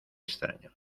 extraño